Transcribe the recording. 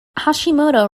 hashimoto